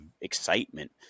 excitement